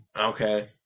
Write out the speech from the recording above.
Okay